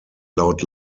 laut